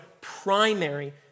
primary